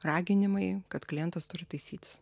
raginimai kad klientas turi taisytis